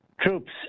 troops